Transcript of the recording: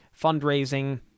fundraising